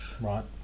Right